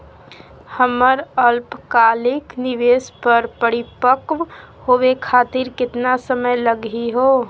हमर अल्पकालिक निवेस क परिपक्व होवे खातिर केतना समय लगही हो?